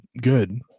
good